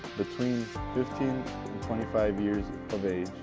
between fifteen and twenty five years of age,